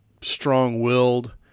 strong-willed